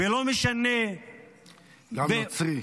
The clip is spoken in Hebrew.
ולא משנה --- גם נוצרי.